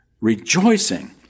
rejoicing